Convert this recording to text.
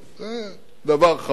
זה דבר חמור.